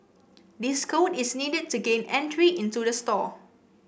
this code is needed to gain entry into the store